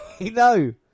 No